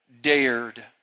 dared